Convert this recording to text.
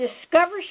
Discover